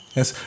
Yes